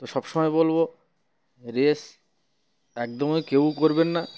তো সব সমময় বলবো রেস একদমই কেউ করবেন না